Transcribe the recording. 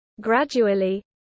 Gradually